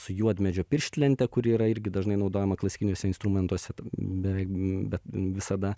su juodmedžio pirštlente kuri yra irgi dažnai naudojama klasikiniuose instrumentuose beveik bet visada